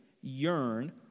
yearn